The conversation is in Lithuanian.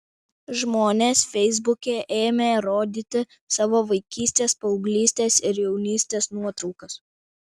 žmonės feisbuke ėmė rodyti savo vaikystės paauglystės ir jaunystės nuotraukas